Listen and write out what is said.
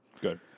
Good